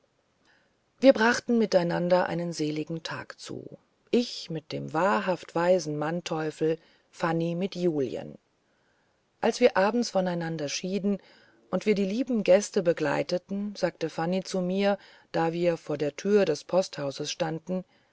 wir brachten mit einander einen seligen tag zu ich mit dem wahrhaft weisen mannteuffel fanny mit julien als wir abends von einander schieden und wir die lieben gäste begleiteten sagte fanny zu mir da wir vor der tür des posthauses standen